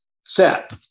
set